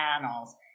panels